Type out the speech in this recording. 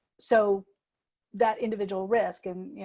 so that individual risk, and yeah